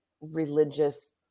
religious